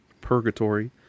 Purgatory